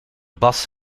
bas